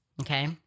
okay